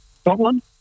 Scotland